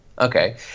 okay